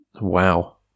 Wow